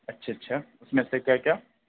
اچھا اچھا اس میں سے کیا کیا